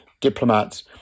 diplomats